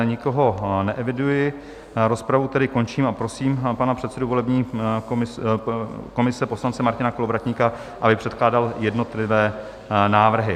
Nikoho neeviduji, rozpravu tedy končím a prosím pana předsedu volební komise poslance Martina Kolovratníka, aby předkládal jednotlivé návrhy.